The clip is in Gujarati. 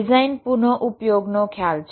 ડિઝાઇન પુનઃઉપયોગનો ખ્યાલ છે